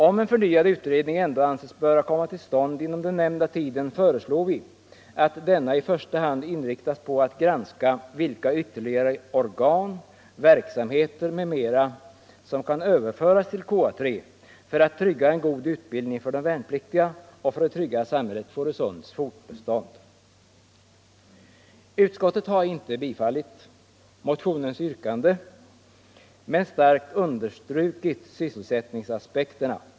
Om en förnyad utredning ändå anses böra komma till stånd inom den nämnda tiden, föreslår vi att denna i första hand inriktas på att granska vilka ytterligare organ, verksamheter m.m. som kan överföras till KA 3 för att trygga en god utbildning för de värnpliktiga och för att trygga samhället Fårösunds fortbestånd. Utskottet har inte bifallit motionens yrkande men starkt understrukit sysselsättningsaspekterna.